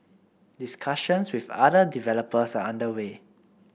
discussions with other developers are under way